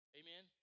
amen